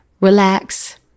Relax